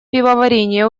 пивоварения